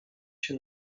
się